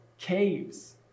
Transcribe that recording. caves